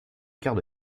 quarts